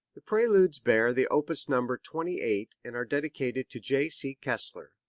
the preludes bear the opus number twenty eight and are dedicated to j. c. kessler,